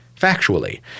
Factually